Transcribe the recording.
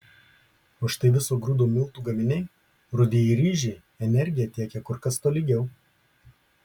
o štai viso grūdo miltų gaminiai rudieji ryžiai energiją tiekia kur kas tolygiau